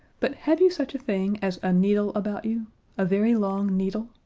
but have you such a thing as a needle about you a very long needle?